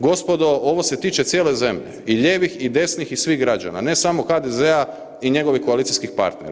Gospodo, ovo se tiče cijele zemlje i lijevih i desnih i svih građana, ne samo HDZ-a i njegovih koalicijskih partnera.